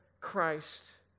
Christ